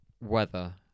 weather